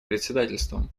председательством